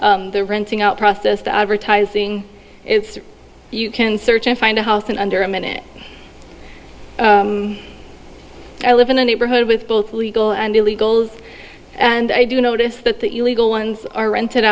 the renting out process to advertising it's you can search and find a house in under a minute i live in a neighborhood with both legal and illegals and i do notice that the illegal ones are rent